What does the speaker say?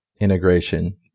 integration